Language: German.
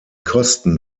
kosten